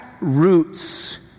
roots